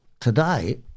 Today